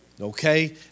Okay